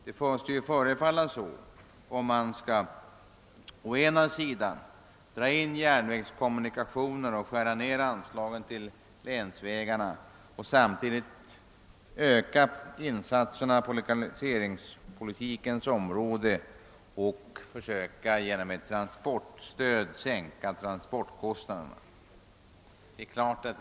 Det måste förefalla så om man skall å ena sidan dra in järnvägsförbindelser och skära ner anslagen till länsvägarna och å andra sidan öka insatserna på lokaliseringspolitikens område och genom ett transportstöd försöka sänka transportkostnaderna.